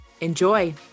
Enjoy